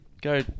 go